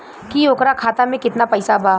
की ओकरा खाता मे कितना पैसा बा?